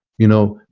you know,